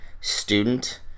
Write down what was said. student